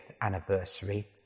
anniversary